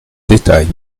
détails